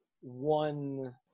one